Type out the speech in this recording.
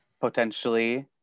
potentially